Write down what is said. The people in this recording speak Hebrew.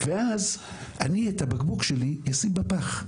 ואז אני את הבקבוק שלי אשים בפח.